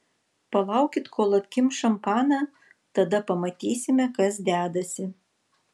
palaukit kol atkimš šampaną tada pamatysime kas dedasi